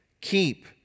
keep